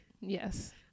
Yes